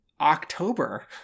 October